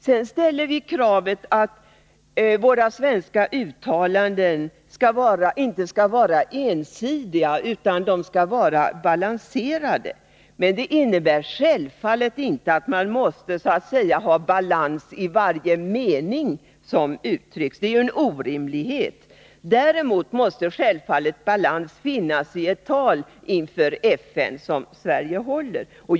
Vi ställer sedan kravet att uttalanden från den svenska regeringen inte skall vara ensidiga utan balanserade. Det innebär självfallet inte att det måste finnas balans i varje mening som uttrycks; det är ju en orimlighet. Däremot måste det självfallet finnas balans i ett FN-tal som hålls av en svensk regeringsrepresentant.